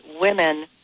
women